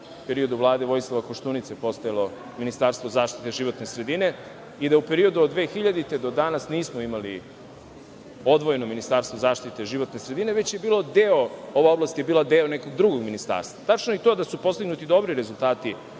periodu Vlade Vojislava Koštunice postojalo Ministarstvo zaštite životne sredine i da u periodu od 2000. godine do danas nismo imali odvojeno ministarstvo zaštite životne sredine, već je bilo deo, ova oblast je bila deo nekog drugog ministarstva. Tačno je i to da su postignuti dobri rezultati